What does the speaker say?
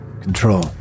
control